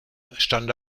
stand